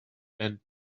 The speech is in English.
and